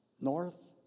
north